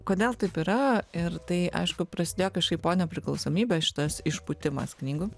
kodėl taip yra ir tai aišku prasidėjo kažkaip po nepriklausomybės šitas išpūtimas knygų